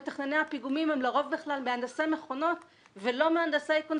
סעיף בתקנה שפשוט צריך לשנות אותו כי אי אפשר לעמוד בו.